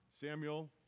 Samuel